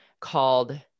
called